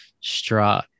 straw